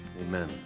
Amen